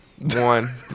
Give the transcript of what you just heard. one